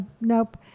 nope